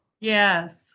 Yes